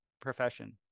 profession